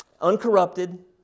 Uncorrupted